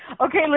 Okay